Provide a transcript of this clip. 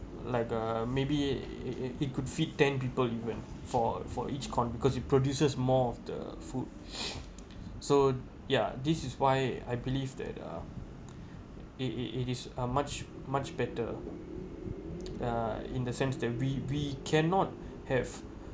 like uh maybe it it it could feed ten people even for for each corn because it produces more of the food so yeah this is why I believe that uh it it it is a much much better uh in the sense that we we cannot have